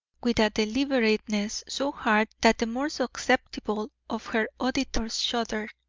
with a deliberateness so hard that the more susceptible of her auditors shuddered.